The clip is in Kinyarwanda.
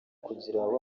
kugirango